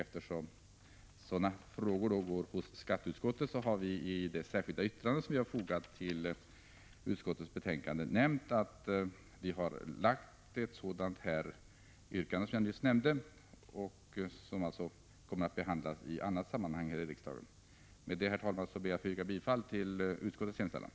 Eftersom sådana frågor går till skatteutskottet har vi i det särskilda yttrande som vi har fogat till utskottets betänkande nämnt att vi har lagt ett sådant yrkande, som alltså kommer att behandlas i annat sammanhang här i riksdagen. Med detta, herr talman, ber jag att få yrka bifall till utskottets hemställan.